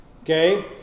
Okay